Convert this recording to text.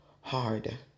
hard